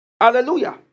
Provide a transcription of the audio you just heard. Hallelujah